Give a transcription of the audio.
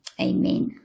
amen